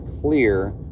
clear